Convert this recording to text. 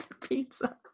Pizza